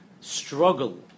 struggle